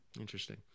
Interesting